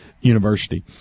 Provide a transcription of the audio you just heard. University